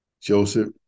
Joseph